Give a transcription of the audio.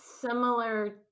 similar